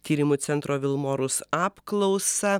tyrimų centro vilmorus apklausą